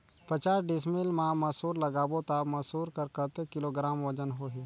पचास डिसमिल मा मसुर लगाबो ता मसुर कर कतेक किलोग्राम वजन होही?